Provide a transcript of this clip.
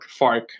FARC